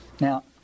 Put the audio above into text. Now